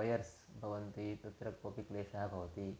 wires भवन्ति तत्र कोऽपि क्लेशः भवति